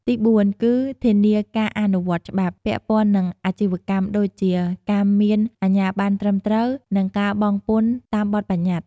ទីបួន គឺ ធានាការអនុវត្តច្បាប់ ពាក់ព័ន្ធនឹងអាជីវកម្មដូចជាការមានអាជ្ញាប័ណ្ណត្រឹមត្រូវ និងការបង់ពន្ធតាមបទប្បញ្ញត្តិ។